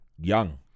young